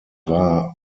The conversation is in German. war